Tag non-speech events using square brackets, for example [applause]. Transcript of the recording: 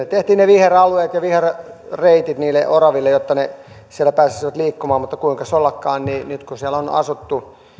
[unintelligible] tehtiin ne viheralueet ja viherreitit niille oraville jotta ne siellä pääsisivät liikkumaan mutta kuinkas ollakaan nyt kun siellä on asuttu